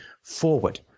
forward